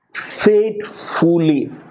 Faithfully